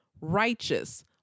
righteous